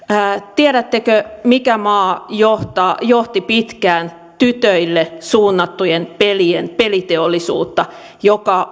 tiedättekö mikä maa johti pitkään tytöille suunnattujen pelien peliteollisuutta joka